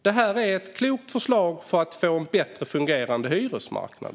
Det här ett klokt förslag för att få en bättre fungerande hyresmarknad.